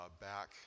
back